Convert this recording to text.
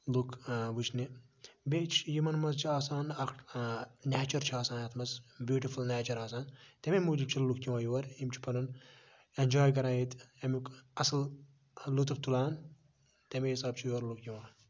لُکھ وٕچھنہِ بیٚیہِ چھ یِمَن مَنٛز چھِ آسان اکہ نیچَر چھ آسان یتھ مَنٛز بیوٗٹفُل نیچَر آسان تمے موٗجوب چھ لُکھ یِوان یور یِم چھِ پَنُن ایٚنجاے کَران ییٚتہِ امیُک اصل لُطُف تُلان تمے حِساب چھِ یور لُکھ یِوان